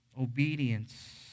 obedience